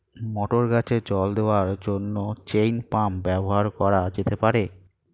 মটর গাছে জল দেওয়ার জন্য চেইন পাম্প ব্যবহার করা যেতে পার?